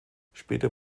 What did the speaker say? später